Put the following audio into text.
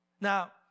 Now